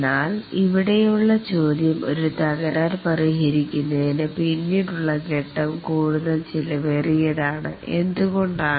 എന്നാൽ ഇവിടെയുള്ള ചോദ്യം ഈ തകരാർ പരിഹരിക്കുന്നതിന് എത്ര ഫേസ് പിന്നിടുന്നോ അത്രയും ചിലവേറിയതാകാൻ കാരണം എന്താണ്